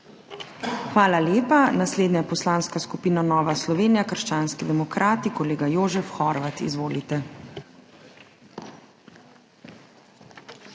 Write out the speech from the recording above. Hvala lepa. Naslednja je Poslanska skupina Nova Slovenija – krščanski demokrati. Kolega Jožef Horvat, izvolite.